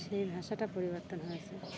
সেই ভাষাটা পরিবর্তন হয়েছে